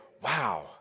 wow